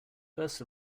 first